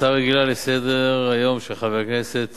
הצעה רגילה לסדר-היום של חבר הכנסת